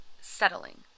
settling